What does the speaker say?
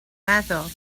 meddwl